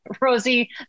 Rosie